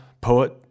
poet